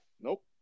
Nope